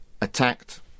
Attacked